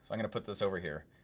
i'm gonna put this over here,